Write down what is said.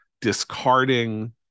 discarding